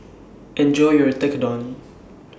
Enjoy your Tekkadon